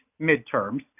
midterms